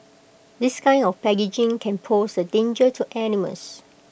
this kind of packaging can pose A danger to animals